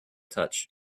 touch